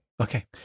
Okay